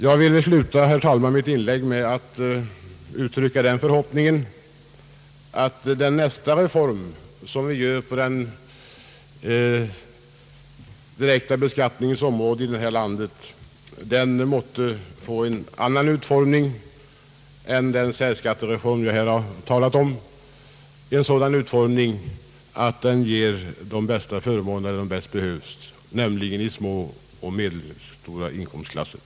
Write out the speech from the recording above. Jag vill, herr talman, avsluta mitt inlägg med att uttrycka den förhoppningen alt nästa reform, som vi genomför på den direkta beskattningens område, måtte få en annan utformning än den särbeskattningsreform som jag här har talat om, en sådan utformning att den ger de bästa förmånerna där de bäst behövs, nämligen bland små och medelstora inkomsttagare.